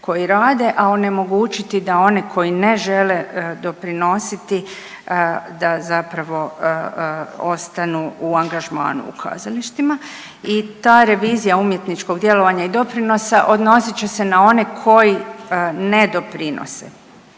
koji rade, a onemogućiti da one koji ne žele doprinositi da zapravo ostanu u angažmanu u kazalištima i ta revizija umjetničkog djelovanja i doprinosa odnosit će se na one koji ne doprinose.